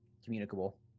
communicable